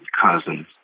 cousins